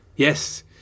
Yes